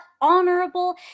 honorable